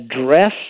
address